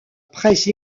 presse